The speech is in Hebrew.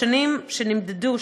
בשנים שנמדדו,